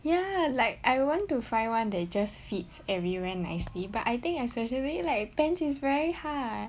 ya like I want to find one that just fits everywhere nicely but I think especially like pants is very hard